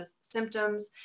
symptoms